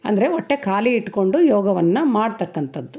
ಅಂದರೆ ಹೊಟ್ಟೆ ಖಾಲಿ ಇಟ್ಕೊಂಡು ಯೋಗವನ್ನು ಮಾಡತಕ್ಕಂಥದ್ದು